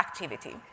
Activity